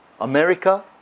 America